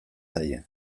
zaie